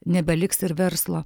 nebeliks ir verslo